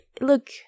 look